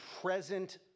present